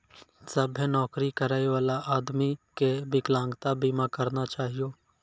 सभ्भे नौकरी करै बला आदमी के बिकलांगता बीमा करना चाहियो